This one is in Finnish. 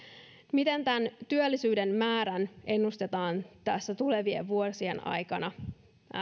miten työllisyyden määrän ennustetaan tässä tulevien vuosien aikana